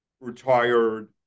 retired